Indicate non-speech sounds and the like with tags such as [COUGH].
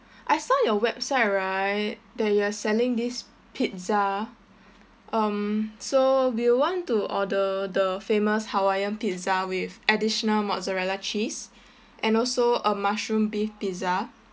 [BREATH] I saw your website right that you are selling this pizza um so we want to order the famous hawaiian pizza with additional mozzarella cheese [BREATH] and also a mushroom beef pizza